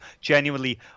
genuinely